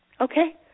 Okay